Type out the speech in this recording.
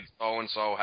so-and-so